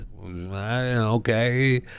okay